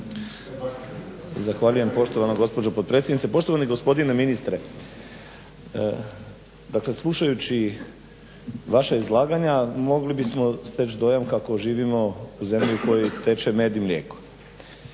Zahvaljujem poštovana gospođo potpredsjednice. Poštovani gospodine ministre. Dakle slušajući vaše izlaganja mogli bismo steći dojam kako živimo u zemlji u kojoj teče med i mlijeko.